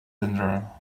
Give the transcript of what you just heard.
cylinder